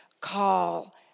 call